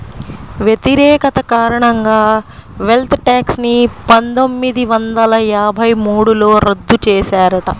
వ్యతిరేకత కారణంగా wealth tax ని పందొమ్మిది వందల యాభై మూడులో రద్దు చేశారట